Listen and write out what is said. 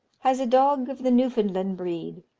has a dog of the newfoundland breed,